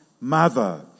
mother